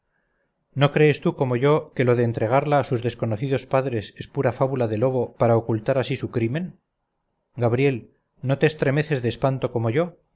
no crees tú como yo que lo de entregarla a sus desconocidos padres es pura fábula de lobo para ocultar así su crimen gabriel no te estremeces de espanto como yo